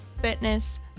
fitness